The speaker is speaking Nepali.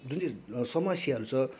जुन चाहिँ समस्याहरू छ